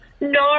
No